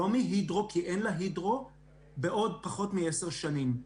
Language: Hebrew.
ולא מהידרו כי אין לה, בעוד פחות מעשר שנים.